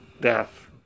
death